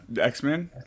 X-Men